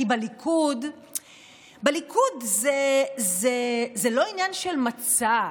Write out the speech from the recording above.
כי בליכוד זה לא עניין של מצע,